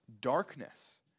darkness